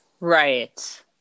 Right